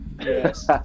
Yes